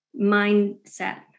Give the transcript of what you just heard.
mindset